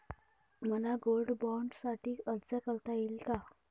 मला गोल्ड बाँडसाठी अर्ज करता येईल का?